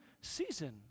season